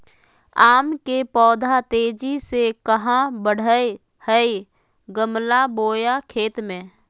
आम के पौधा तेजी से कहा बढ़य हैय गमला बोया खेत मे?